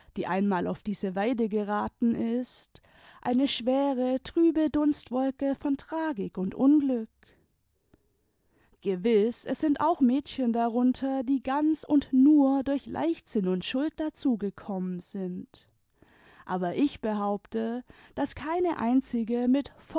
die einmal auf diese weide geraten ist eine schwere trübe dunstwolke von tragik und unglück gewiß es sind auch mädchen darunter die ganz und nur durch leichtsinn und schuld dazu gekommen sind aber ich behaupte daß keine einzige mit